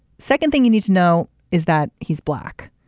second thing you need to know is that he's black.